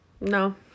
No